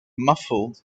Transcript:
muffled